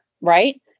right